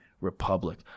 Republic